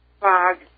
fog